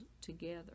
together